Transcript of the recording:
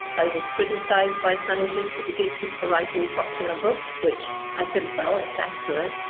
i was criticized by scientists to begin with for writing popular books. which i said, well it's accurate.